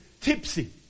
tipsy